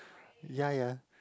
ya ya